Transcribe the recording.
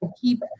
keep